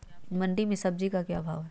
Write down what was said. मंडी में सब्जी का क्या भाव हैँ?